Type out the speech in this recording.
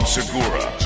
Segura